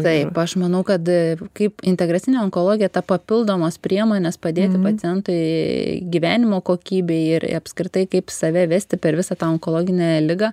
taip aš manau kad kaip integracinė onkologija ta papildomos priemonės padėti pacientui gyvenimo kokybei ir apskritai kaip save vesti per visą tą onkologinę ligą